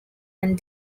and